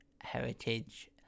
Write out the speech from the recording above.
Heritage